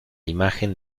imagen